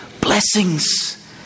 blessings